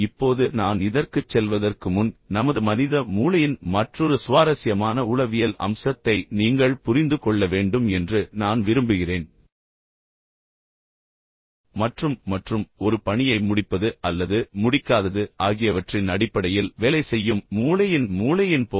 இப்போது நான் இதற்குச் செல்வதற்கு முன் நமது மனித மூளையின் மற்றொரு சுவாரஸ்யமான உளவியல் அம்சத்தை நீங்கள் புரிந்து கொள்ள வேண்டும் என்று நான் விரும்புகிறேன் மற்றும் மற்றும் ஒரு பணியை முடிப்பது அல்லது முடிக்காதது ஆகியவற்றின் அடிப்படையில் வேலை செய்யும் மூளையின் மூளையின் போக்கு